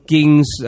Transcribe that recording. Kings